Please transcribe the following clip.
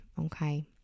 okay